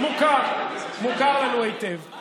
מוכר, מוכר לנו היטב.